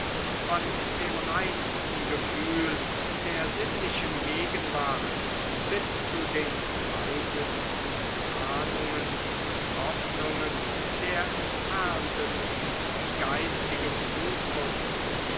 von dem reinsten gefühl der sinnlichen gegenwart bis zu den leisesten ahnungen und hoffnungen der entferntesten geistigen zukunft